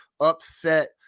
upset